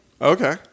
okay